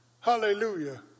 Hallelujah